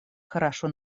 хорошо